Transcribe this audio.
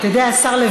זה לא מרגיש.